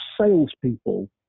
salespeople